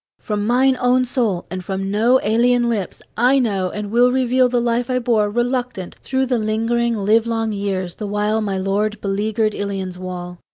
from mine own soul and from no alien lips, i know and will reveal the life i bore, reluctant, through the lingering livelong years, the while my lord beleaguered ilion's wall.